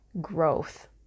growth